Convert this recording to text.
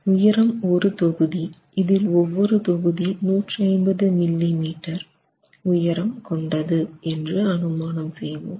உயரம் 1 தொகுதி இதில் ஒவ்வொரு தொகுதி 150 மில்லி மீட்டர் உயரம் கொண்டது என்று அனு மானம் செய்வோம்